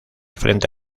frente